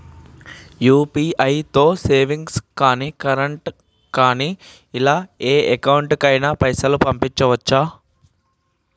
UPI తో savings గాని current గాని ఇలా ఏ అకౌంట్ కైనా పైసల్ పంపొచ్చా?